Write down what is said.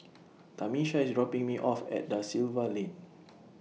Tamisha IS dropping Me off At DA Silva Lane